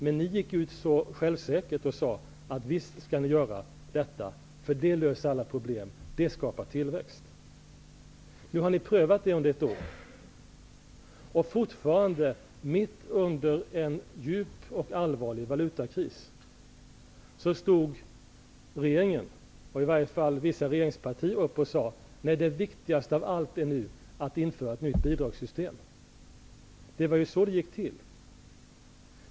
Men ni gick självsäkert ut och sade att ni visst skulle göra detta. Det skulle lösa alla problem och skapa tillväxt. Nu har ni prövat det under ett år och fortfarande, mitt under en djup och allvarlig valutakris, stod vissa regeringspartier upp och sade att det viktigaste av allt nu var att införa ett nytt bidragssystem. Det var ju så det gick till.